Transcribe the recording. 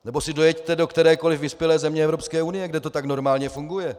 Nebo si dojeďte do kterékoli vyspělé země Evropské unie, kde to tak normálně funguje.